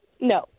No